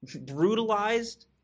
brutalized